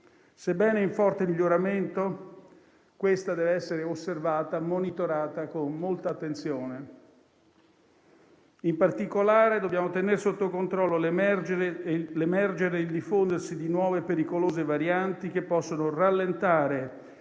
Sebbene in forte miglioramento, questa dev'essere osservata e monitorata con molta attenzione. In particolare, dobbiamo tenere sotto controllo l'emergere e il diffondersi di nuove e pericolose varianti, che possono rallentare